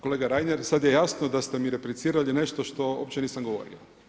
Kolega Reiner, sad je jasno da ste mi replicirali nešto što uopće nisam govorio.